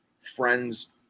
friends